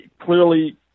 clearly